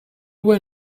were